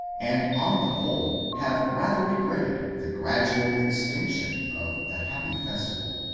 and on the whole have rather regretted the gradual extinction of the happy festival.